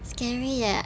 scary eh